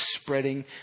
spreading